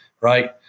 Right